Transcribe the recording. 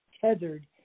tethered